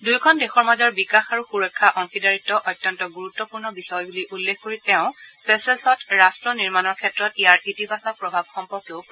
দুয়োখন দেশৰ মাজৰ বিকাশ আৰু সূৰক্ষা অংশীদাৰিত্ অত্যন্ত গুৰুত্পূৰ্ণ বিষয় বুলি উল্লেখ কৰি তেওঁ চেচেল্ছত ৰাট্ট নিৰ্মাণৰ ক্ষেত্ৰত ইয়াৰ ইতিবাচক প্ৰভাৱ সম্পৰ্কেও প্ৰকাশ কৰে